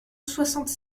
soixante